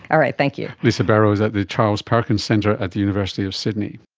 all right, thank you. lisa bero is at the charles perkins centre at the university of sydney